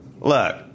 Look